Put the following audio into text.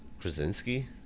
Krasinski